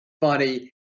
funny